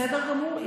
בסדר גמור.